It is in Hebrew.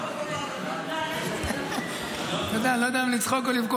אתה יודע, אני לא יודע אם לצחוק או לבכות.